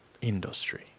industry